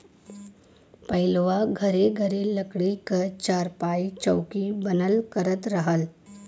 पहिलवां घरे घरे लकड़ी क चारपाई, चौकी बनल करत रहल